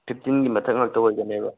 ꯐꯤꯐꯇꯤꯟꯒꯤ ꯃꯊꯛ ꯉꯥꯛꯇ ꯑꯣꯏꯗꯣꯏꯅꯦꯕ